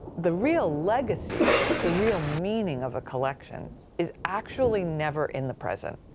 the real legacy, the real meaning of a collection is actually never in the present.